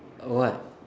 a what